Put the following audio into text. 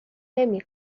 نمی